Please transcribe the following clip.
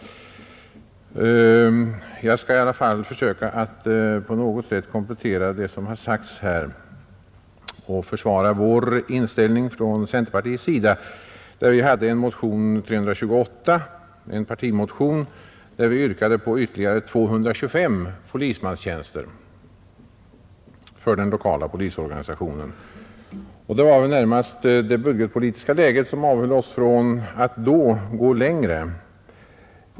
Jag skall i alla fall försöka att på något sätt komplettera det som har sagts här och försvara den inställning vi har inom centerpartiet. Vi har väckt en partimotion, nr 328, där vi yrkat på ytterligare 225 polismanstjänster för den lokala polisorganisationen. Det var väl närmast det budgetpolitiska läget som avhöll oss från att då gå längre.